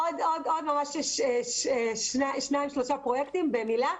עוד שניים-שלושה פרויקטים במילה.